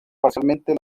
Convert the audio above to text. parcialmente